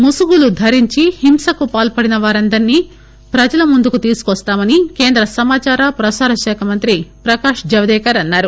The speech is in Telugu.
ముసుగులు ధరించి హింసకు పాల్పడిన వారందర్నీ ప్రజల ముందుకు తీసుకొస్తామని కేంద్ర సమాచార ప్రసార శాఖ మంత్రి ప్రకాష్ జవదేకర్ అన్నారు